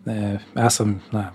na esam na